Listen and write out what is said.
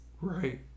Right